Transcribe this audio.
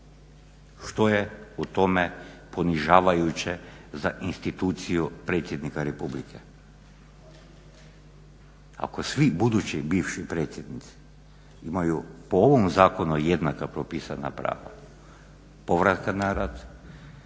Što je u tome ponižavajuće za instituciju predsjednika republike? Ako svi budući bivši predsjednici imaju po ovom zakonu jednaka propisana prava povratka na rad,